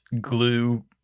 glue